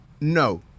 no